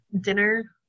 dinner